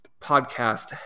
podcast